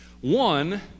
one